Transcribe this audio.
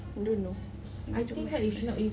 don't know you jung~ meh first